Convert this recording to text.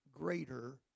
greater